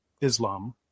Islam